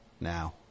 Now